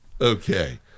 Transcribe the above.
Okay